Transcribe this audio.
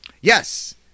Yes